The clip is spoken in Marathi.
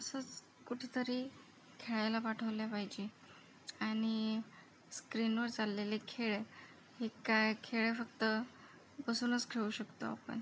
असंच कुठेतरी खेळायला पाठवले पाहिजे आणि स्क्रीनवर चाललेले खेळ हे काय खेळ फक्त बसूनच खेळू शकतो आपण